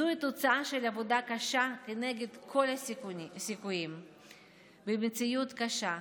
זוהי תוצאה של עבודה קשה כנגד כל הסיכויים במציאות קשה.